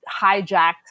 hijacked